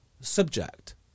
subject